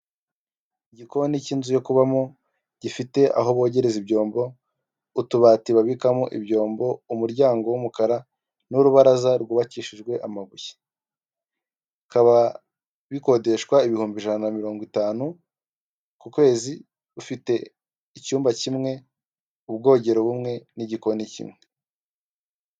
Igikoni cy’inzu yo kubamo gifite aho bogereza ibyombo, utubati babikamo ibyombo, umuryango w'umukara n’urubaraza rwubakishijwe amabuye. Bikaba bikodeshwa ibihumbi ijana mirongo itanu ku kwezi. Ufite icyumba kimwe, ubwogero bumwe, n’igikoni kimwe.